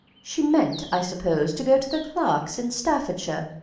she meant, i suppose, to go to the clarkes in staffordshire,